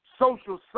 social